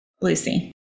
Lucy